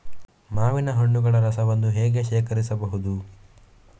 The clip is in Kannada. ಮಾವಿನ ಹಣ್ಣುಗಳ ರಸವನ್ನು ಹೇಗೆ ಶೇಖರಿಸಬಹುದು?